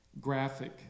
graphic